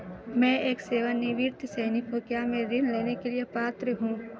मैं एक सेवानिवृत्त सैनिक हूँ क्या मैं ऋण लेने के लिए पात्र हूँ?